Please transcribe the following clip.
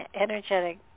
energetic